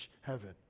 heaven